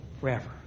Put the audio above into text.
forever